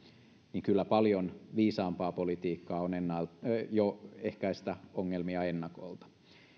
niin kyllä paljon viisaampaa politiikkaa on ehkäistä ongelmia jo ennakolta